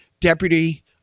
deputy